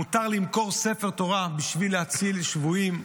מותר למכור ספר תורה בשביל להציל שבויים,